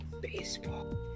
Baseball